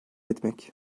etmek